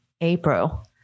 April